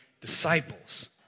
disciples